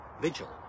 vigil